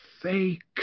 Fake